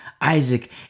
Isaac